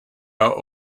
are